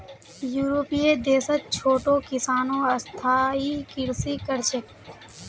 यूरोपीय देशत छोटो किसानो स्थायी कृषि कर छेक